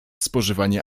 spożywanie